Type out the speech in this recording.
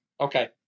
Okay